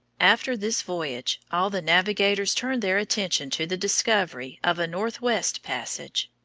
after this voyage all the navigators turned their attention to the discovery of a northwest passage.